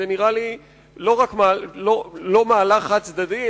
לא רק במהותה איננה מהלך חד-צדדי,